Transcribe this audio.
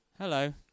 Hello